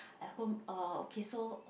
at home uh okay so